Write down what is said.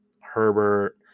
herbert